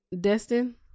Destin